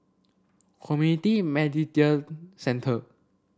Community Centre